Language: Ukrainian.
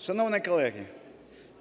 Шановні колеги!